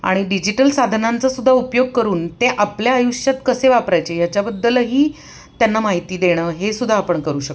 आणि डिजिटल साधनांचासुद्धा उपयोग करून ते आपल्या आयुष्यात कसे वापरायचे याच्याबद्दलही त्यांना माहिती देणं हे सुद्धा आपण करू शकतो